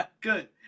good